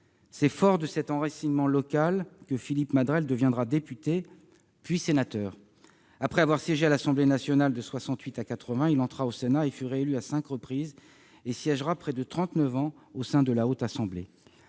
C'est fort de cet enracinement local que Philippe Madrelle deviendra député, puis sénateur. Après avoir siégé à l'Assemblée nationale de 1968 à 1980, il entra au Sénat et fut réélu à cinq reprises. Il y siégera près de trente-neuf ans. Ardent